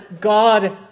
God